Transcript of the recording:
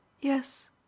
Yes